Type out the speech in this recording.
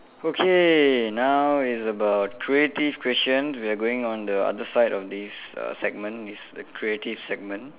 okay now it's about creative question we are going on the other side of this uh segment it's the creative segment